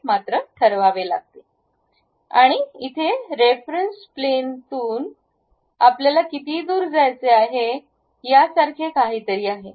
आणि इथे रेफरन्स प्लेनतून आपल्याला किती दूर जायचे आहे यासारखे काहीतरी आहे